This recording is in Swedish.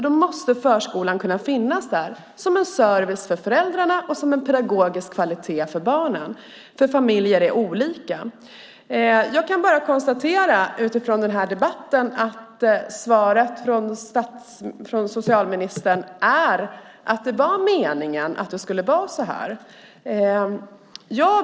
Då måste förskolan finnas där som en service för föräldrarna och med pedagogisk kvalitet för barnen, för familjer är olika. Jag kan utifrån denna debatt konstatera att svaret från socialministern är att det var meningen att det skulle bli så här.